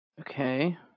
Okay